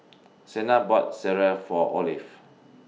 Sena bought Sireh For Olive